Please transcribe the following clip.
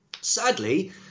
sadly